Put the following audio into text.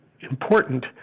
important